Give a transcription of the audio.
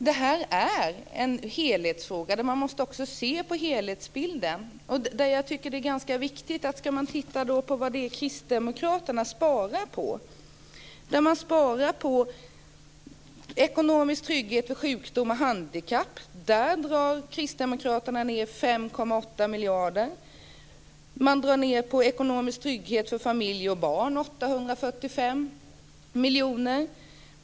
Det här är en fråga där man måste se på helhetsbilden. Vad sparar då Kristdemokraterna på? Jo, man sparar på ekonomisk trygghet vid sjukdom och handikapp. Där drar Kristdemokraterna ned med 5,8 miljarder. Man drar ned med 845 miljoner på ekonomisk trygghet för familjer med barn.